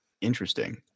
Interesting